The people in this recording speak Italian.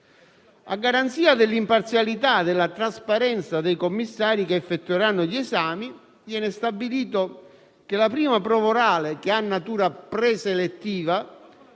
A garanzia dell'imparzialità e della trasparenza dei commissari che effettueranno gli esami, viene stabilito che la prima prova orale, che ha natura preselettiva,